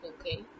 okay